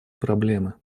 проблемы